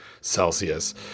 Celsius